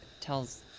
tells